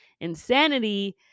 Insanity